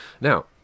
Now